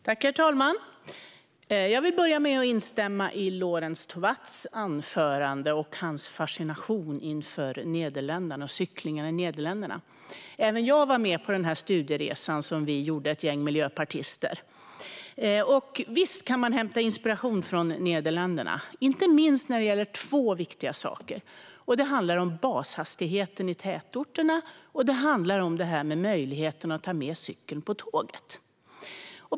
Herr talman! Jag vill börja med att instämma i Lorentz Tovatts anförande och hans fascination inför cykling i Nederländerna. Även jag var med på studieresan som ett gäng miljöpartister gjorde. Visst kan man hämta inspiration från Nederländerna, inte minst när det gäller två viktiga saker. Det handlar om bashastigheten i tätorterna, och det handlar om möjligheten att ta med cykeln på tåget.